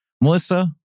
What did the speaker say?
Melissa